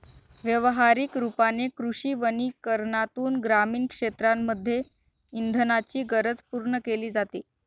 व्यवहारिक रूपाने कृषी वनीकरनातून ग्रामीण क्षेत्रांमध्ये इंधनाची गरज पूर्ण केली जाते